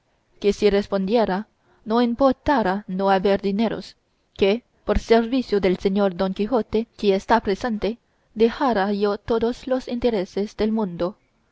que si respondiera no importara no haber dineros que por servicio del señor don quijote que está presente dejara yo todos los intereses del mundo